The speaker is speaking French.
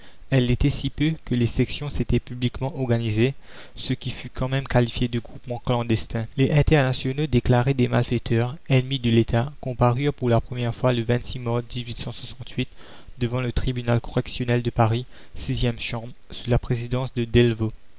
elle l'était si peu que les sections s'étaient publiquement organisées ce qui fut quand même qualifié de groupement clandestin les internationaux déclarés des malfaiteurs ennemis de l'état comparurent pour la première fois le mars devant le tribunal correctionnel de aris e chambre sous la présidence de